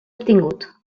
obtingut